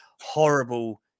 horrible